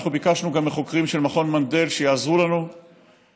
אנחנו גם ביקשנו מהחוקרים של מכון מנדל לעזור לנו כדי